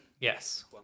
Yes